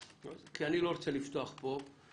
כי אני לא רוצה לפתוח פה דיון.